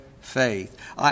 faith